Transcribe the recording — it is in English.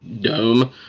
dome